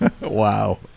Wow